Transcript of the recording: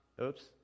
Oops